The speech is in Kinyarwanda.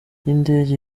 y’indege